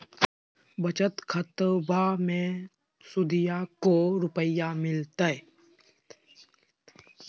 बचत खाताबा मे सुदीया को रूपया मिलते?